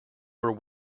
were